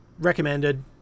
Recommended